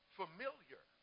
familiar